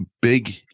big